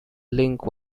link